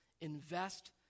Invest